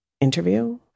interview